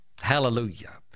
Hallelujah